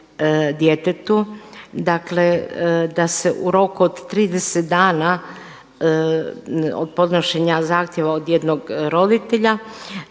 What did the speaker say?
djetetu. Dakle, da se u roku od 30 dana od podnošenja zahtjeva od jednog roditelja,